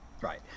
right